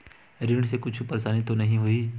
ऋण से कुछु परेशानी तो नहीं होही?